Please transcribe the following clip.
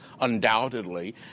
undoubtedly